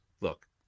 look